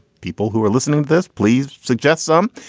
people who are listening to this please suggest some.